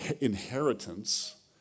Inheritance